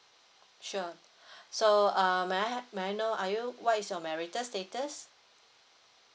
sure so uh may I have I know are you what is your marital status